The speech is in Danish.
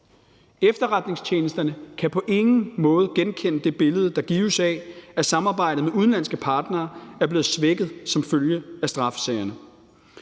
Efterretningstjenesterne kan på ingen måde genkende det billede, der gives, af, at samarbejdet med udenlandske partnere er blevet svækket som følge af straffesagerne.